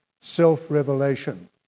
self-revelation